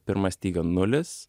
pirma styga nulis